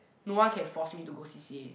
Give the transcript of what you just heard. no one can force me to go C_C_A